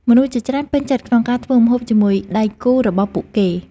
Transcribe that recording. មនុស្សជាច្រើនពេញចិត្តក្នុងការធ្វើម្ហូបជាមួយដៃគូរបស់ពួកគេ។